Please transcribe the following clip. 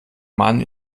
mann